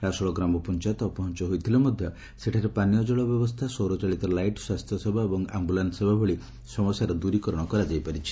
ରାସୋଳ ଗ୍ରାମପଞାୟତ ଅପହଞ ହୋଇଥିଲେ ମଧ୍ୟ ସେଠାରେ ପାନୀୟ ଜଳ ବ୍ୟବସ୍ଷା ସୌରଚାଳିତ ଲାଇଟ୍ ସ୍ୱାସ୍ଥ୍ୟସେବା ଏବଂ ଆମ୍ଟୁଲାନ୍ ସେବା ଭଳି ସମସ୍ୟାର ଦ୍ରରୀକରଣ କରାଯାଇ ପାରିଛି